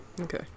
Okay